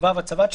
ואלה מקומות יותר